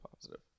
Positive